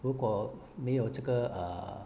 如果没有这个 err